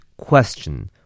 Question